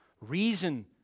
Reason